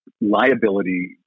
liability